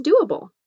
doable